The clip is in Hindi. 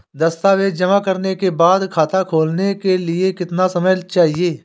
दस्तावेज़ जमा करने के बाद खाता खोलने के लिए कितना समय चाहिए?